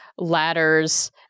ladders